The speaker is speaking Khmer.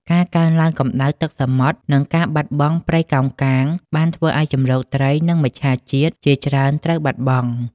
ការកើនឡើងកម្ដៅទឹកសមុទ្រ និងការបាត់បង់ព្រៃកោងកាង បានធ្វើឱ្យជម្រកត្រីនិងមច្ឆជាតិជាច្រើនត្រូវបាត់បង់។